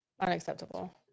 Unacceptable